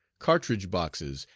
cartridge boxes,